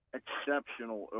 exceptional